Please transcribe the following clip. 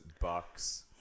Bucks